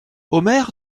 omer